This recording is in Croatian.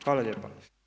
Hvala lijepa.